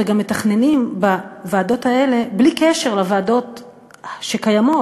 וגם מתכננים בוועדות האלה בלי קשר לוועדות שקיימות,